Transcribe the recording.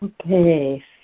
Okay